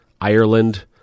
Ireland